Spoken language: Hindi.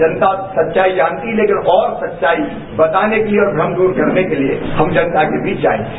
जनता सच्चाई जानती लेकिन और सच्चाई बताने के लिए और भ्रम दूर करने के लिए हम जनता के बीच जाएंगे